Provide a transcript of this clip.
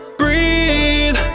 breathe